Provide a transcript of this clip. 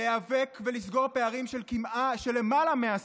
להיאבק ולסגור פערים של יותר מעשור,